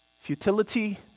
futility